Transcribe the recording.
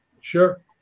Sure